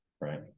right